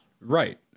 Right